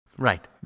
Right